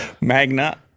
Magna